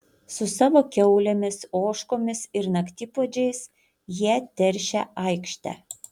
su savo kiaulėmis ožkomis ir naktipuodžiais jie teršia aikštę